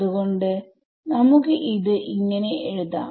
അത്കൊണ്ട് നമുക്ക് ഇത് ഇങ്ങനെ എഴുതാം